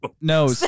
no